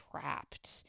trapped